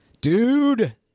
dude